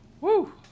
Woo